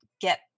get